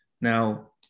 Now